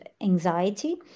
anxiety